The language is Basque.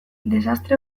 desastre